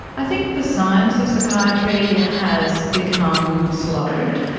i think the science of psychiatry has become slowed.